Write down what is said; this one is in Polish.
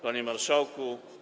Panie Marszałku!